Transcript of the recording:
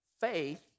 faith